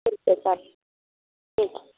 ठीक आहे चालेल ठीक आहे